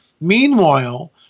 Meanwhile